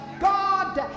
God